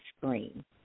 screen